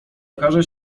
okaże